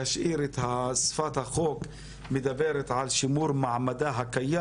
להשאיר את שפת החוק, מדבר על שימור מעמדה הקיים.